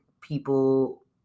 people